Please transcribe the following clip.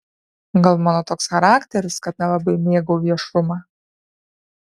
gal mano toks charakteris kad nelabai mėgau viešumą